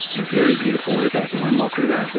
very beautiful river, the wenlock river.